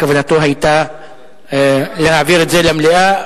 כוונתו היתה להעביר את זה למליאה.